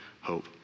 hope